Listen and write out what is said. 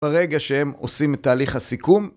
ברגע שהם עושים את תהליך הסיכום.